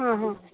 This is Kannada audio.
ಹಾಂ ಹಾಂ